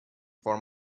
for